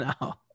No